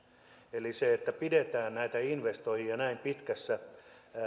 eli kun pidetään näitä investoijia näin pitkässä